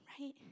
right